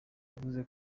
yavuze